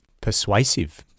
Persuasive